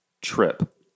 trip